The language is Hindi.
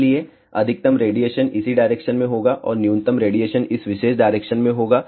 इसलिए अधिकतम रेडिएशन इसी डायरेक्शन में होगा और न्यूनतम रेडिएशन इस विशेष डायरेक्शन में होगा